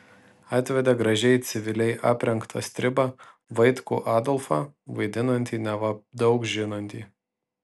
atvedė gražiai civiliai aprengtą stribą vaitkų adolfą vaidinantį neva daug žinantį